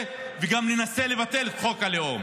וגם ננסה לבטל את חוק הלאום.